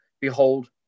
behold